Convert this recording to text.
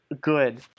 good